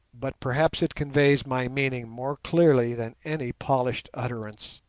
but perhaps it conveys my meaning more clearly than any polished utterance.